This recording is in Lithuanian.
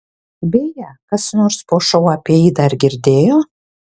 beje kas nors po šou apie jį dar girdėjo